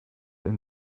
and